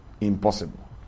impossible